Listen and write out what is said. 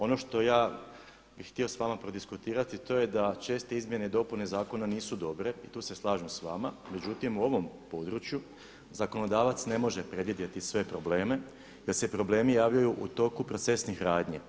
Ono što bi ja htio s vama prodiskutirati to je da česte izmjene i dopune zakona nisu dobre i tu se slažem s vama, međutim u ovom području zakonodavac ne može predvidjeti sve probleme jer se problemi javljaju u toku procesnih radnji.